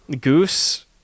goose